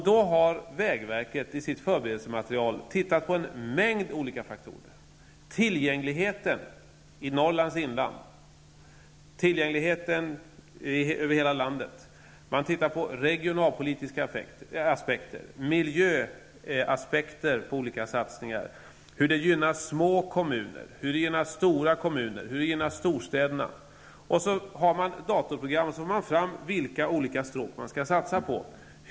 Då har vägverket i sitt förberedelsematerial tittat på en mängd olika faktorer: tillgängligheten i Norrlands inland och i hela landet, man har tittat på regionalpolitiska aspekter, miljöaspekter, hur det gynnar små resp. stora kommuner, hur det gynnar storstäderna. Så har man genom datorprogram fått fram vilka olika saker man skall satsa på.